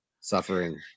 suffering